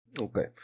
okay